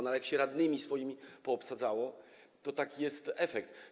No ale jak się radnymi swoimi poobsadzało, to taki jest efekt.